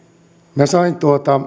minä sain